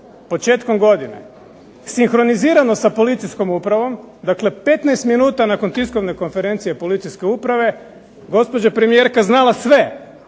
početkom godine, sinkronizirano sa policijskom upravom, dakle 15 minuta nakon tiskovne konferencije policijske uprave gospođa premijerka znala sve